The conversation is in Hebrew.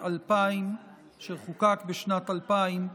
שחוקק בשנת 2000,